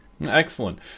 Excellent